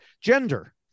gender